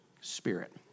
Spirit